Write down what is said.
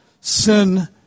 sin